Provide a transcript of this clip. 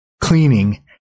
Cleaning